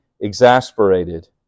exasperated